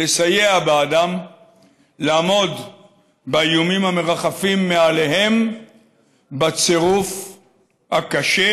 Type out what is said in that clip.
לסייע בעדם לעמוד באיומים המרחפים מעליהם בצירוף הקשה